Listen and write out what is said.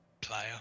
player